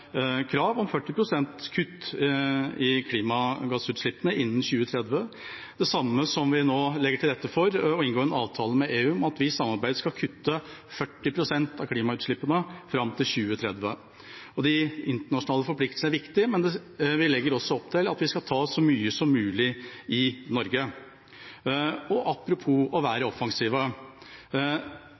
krav om 40 pst. kutt i klimagassutslippene innen 2030, det samme som vi nå legger til rette for: å inngå en avtale med EU om at vi i samarbeid skal kutte 40 pst. av klimautslippene fram til 2030. De internasjonale forpliktelsene er viktige, men vi legger også opp til at vi skal ta så mye som mulig i Norge. Og apropos å være offensive: